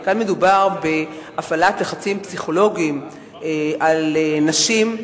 כי כאן מדובר בהפעלת לחצים פסיכולוגיים על נשים,